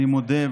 אני מודה,